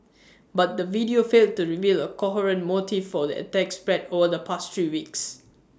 but the video failed to reveal A coherent motive for the attacks spread over the past three weeks